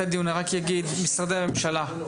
נירה והמציע,